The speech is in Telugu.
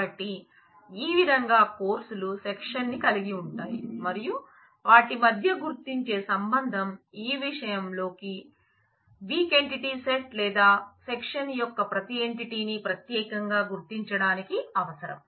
కాబట్టి ఆ విధంగా కోర్సులు సెక్షన్ ని కలిగి ఉంటాయి మరియు వాటి మధ్య గుర్తించే సంబంధం ఈ విషయంలో వీక్ ఎంటిటీ సెట్ లేదా సెక్షన్ యొక్క ప్రతి ఎంటిటీని ప్రత్యేకంగా గుర్తించడానికి అవసరం